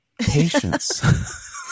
patience